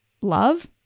love